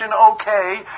okay